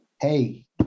hey